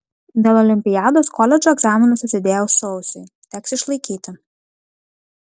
dėl olimpiados koledžo egzaminus atidėjau sausiui teks išlaikyti